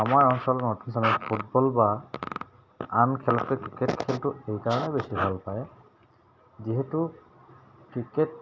আমাৰ অঞ্চল নৰ্থইষ্টত ফুটবল বা আন খেলতকৈ ক্ৰিকেট খেলটো এইকাৰণে বেছি ভাল পায় যিহেতু ক্ৰিকেট